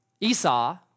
Esau